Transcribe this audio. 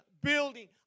building